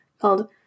called